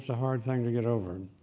so hard thing to get over.